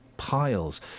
piles